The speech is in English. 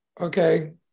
okay